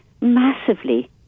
massively